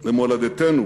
למולדתנו